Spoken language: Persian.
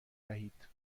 دهید